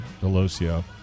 Delosio